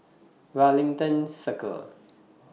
Wellington Circle